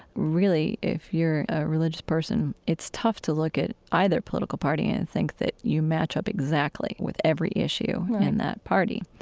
really, if you're a religious person it's tough to look at either political party and think that you match up exactly with every issue in that party.